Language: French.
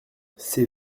c’est